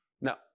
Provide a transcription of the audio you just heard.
Now